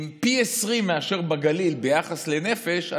עם פי 20 מאשר בגליל ביחס לנפש,